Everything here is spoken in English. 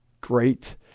great